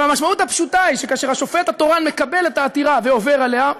המשמעות הפשוטה היא שכאשר השופט התורן מקבל את העתירה ועובר עליה,